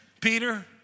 Peter